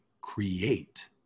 create